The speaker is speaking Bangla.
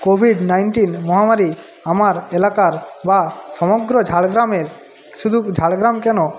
কোভিড নাইনটিন মহামারী আমার এলাকার বা সমগ্র ঝাড়গ্রামের শুধু ঝাড়গ্রাম কেন